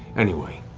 anyway.